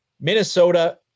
Minnesota